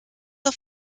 auf